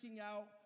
out